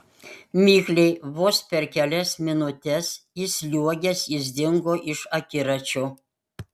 mikliai vos per kelias minutes įsliuogęs jis dingo iš akiračio